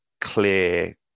clear